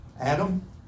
Adam